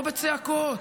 לא בצעקות,